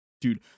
dude